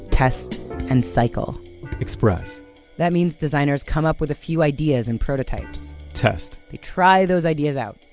test and cycle express that means designers come up with a few ideas and prototypes test they try those ideas out,